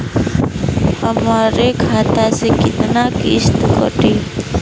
हमरे खाता से कितना किस्त कटी?